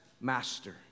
master